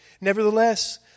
nevertheless